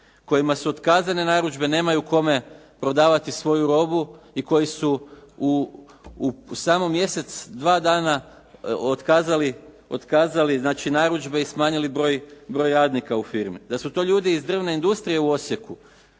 kojima su otkazane narudžbe, nemaju koje prodavati svoju robu i koji su u samo mjesec, dva dana otkazali narudžbe i smanjili broj radnika u firmi, da su to ljudi iz drvne industrije u Osijeku